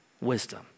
wisdom